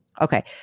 Okay